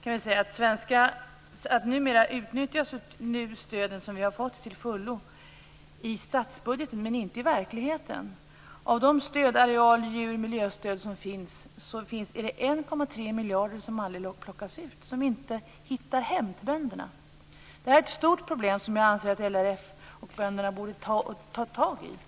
kan jag säga att de numera utnyttjas till fullo i statsbudgeten men inte i verkligheten. Av de areal-, djur och miljöstöd som finns är det 1,3 miljarder som aldrig plockas ut, som inte "hittar hem" till bönderna. Det är ett stort problem, som jag anser att LRF och bönderna borde ta tag i.